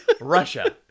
Russia